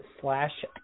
slash